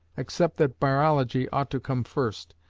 except that barology ought to come first,